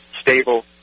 stable